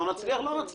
לא נצליח, לא נצליח.